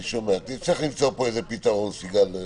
נצטרך למצוא פה איזה פתרון, סיגל.